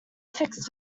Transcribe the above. fixed